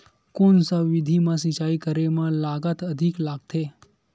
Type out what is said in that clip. कोन सा विधि म सिंचाई करे म लागत अधिक लगथे?